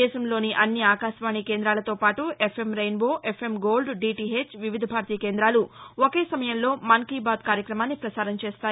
దేశంలోని అన్ని ఆకాశవాణి కేంద్రాలతోపాటు FM rainbow FM gold DTH Vividh Bharati కేంద్రాలు ఒకే సమయంలో మన్ కీ బాత్ కార్యక్రమాన్ని ప్రసారం చేస్తాయి